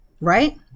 right